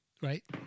right